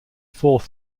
fourth